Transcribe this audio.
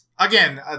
Again